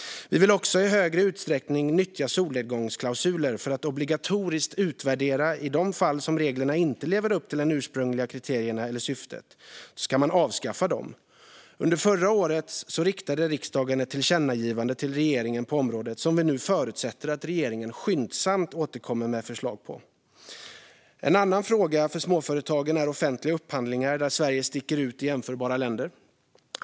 Vi vill också i högre grad nyttja solnedgångsklausuler för att obligatoriskt utvärdera, och i de fall som reglerna inte lever upp till de ursprungliga kriterierna eller syftet ska de avskaffas. Under förra året riktade riksdagen ett tillkännagivande till regeringen på området, och vi förutsätter nu att regeringen skyndsamt återkommer med ett förslag om detta. En annan fråga för småföretagen är offentliga upphandlingar där Sverige sticker ut i jämförbara länder.